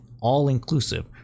all-inclusive